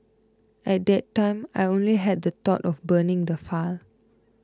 at that time I only had the thought of burning the file